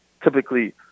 typically